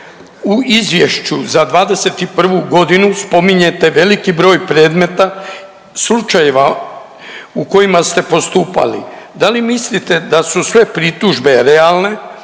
U izvješću za '21.g. spominjete veliki broj predmeta slučajeva u kojima ste postupali, da li mislite da su sve pritužbe realne,